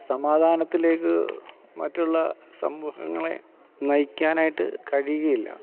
സമാധാനത്തിലേക്ക് മറ്റുള്ള സമൂഹങ്ങളെ നയിക്കാനായിട്ട് കഴിയുകയില്ല